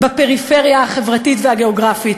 בפריפריה החברתית והגיאוגרפית,